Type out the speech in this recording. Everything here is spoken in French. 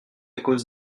cause